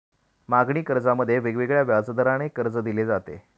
मागणी कर्जामध्ये वेगवेगळ्या व्याजदराने कर्ज दिले जाते